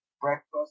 breakfast